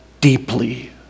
deeply